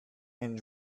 and